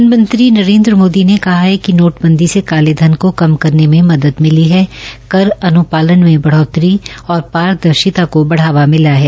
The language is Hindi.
प्रधानमंत्री नरेन्द्र मोदी ने कहा है कि नोटबंदी से काले धन को कम करने में मदद मिली है कर अन्पालन में बढ़ोतरी है और इससे पारदर्शिता को बढ़ावा मिला है